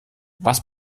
was